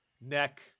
neck